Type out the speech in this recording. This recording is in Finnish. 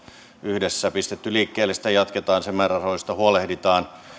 yhdessä pistetty liikkeelle jatketaan ja sen määrärahoista huolehditaan